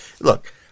look